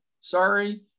sorry